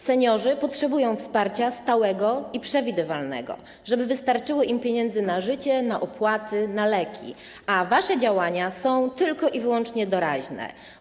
Seniorzy potrzebują stałego i przewidywalnego wsparcia, żeby wystarczyło im pieniędzy na życie, na opłaty na leki, a wasze działania są tylko i wyłącznie doraźne.